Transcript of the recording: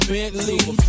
Bentley